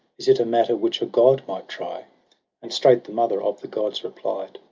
is it a matter which a god might try and straight the mother of the gods replied